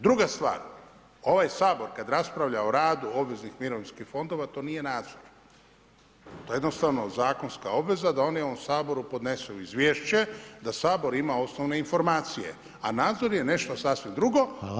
Druga stvar, ovaj Sabor, kada raspravlja o radu obveznih mirovinskih fondova, to nije nadzor, to je jednostavno zakonska obveza, da oni u Saboru podnesu izvješće da Sabor ima osnovne informacije, a nadzor je nešto sasvim drugo.